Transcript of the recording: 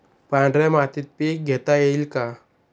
पांढऱ्या मातीत पीक घेता येईल का?